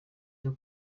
cyo